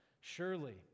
surely